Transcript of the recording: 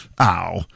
ow